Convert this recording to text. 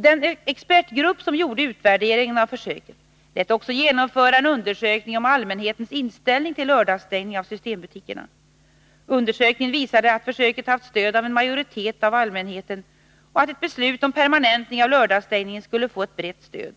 Den expertgrupp som gjorde utvärderingen av försöket lät också genomföra en undersökning om allmänhetens inställning till lördagsstängning av systembutikerna. Undersökningen visade att försöket haft stöd av en majoritet av allmänheten, och att ett beslut om permanentning av lördagsstängning skulle få ett brett stöd.